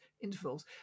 intervals